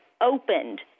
opened